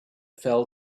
fell